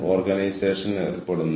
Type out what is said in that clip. organising tension